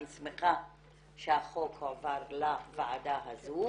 אני שמחה שהחוק הועבר לוועדה הזו.